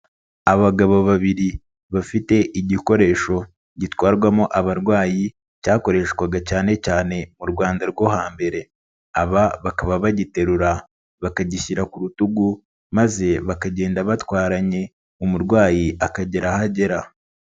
Abagabo babiri bafite igikoresho gitwarwamo abarwayi cyakoreshwaga cyane cyane mu Rwanda rwo hambere, aba bakaba bagiterura bakagishyira ku rutugu, maze bakagenda batwaranye umurwayi akagera aha agera.